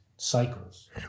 cycles